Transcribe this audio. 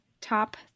top